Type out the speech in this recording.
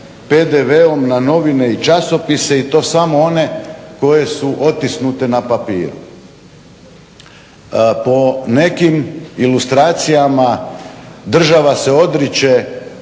PDV-om na novine i časopise i to samo one koje su otisnute na papiru? Po nekim ilustracijama država se odriče